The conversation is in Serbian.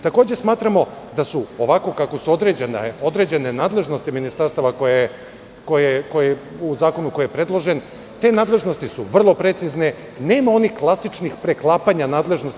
Takođe smatramo da su, ovako kako su određene nadležnosti ministarstava u zakonu koji je predložen, te nadležnosti su vrlo precizne, nema onih klasičnih preklapanja nadležnosti.